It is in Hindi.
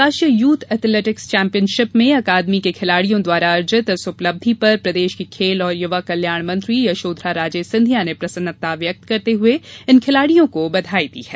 राष्ट्रीय यूथ एथलेटिक्स चैम्पियनशिप में अकादमी के खिलाड़ियों द्वारा अर्जित इस उपलब्धि पर प्रदेश की खेल और युवा कल्याण मंत्री यशोधरा राजे सिंधिया ने प्रसन्नता व्यक्त करते हुए इन खिलाड़ियों को बधाई दी है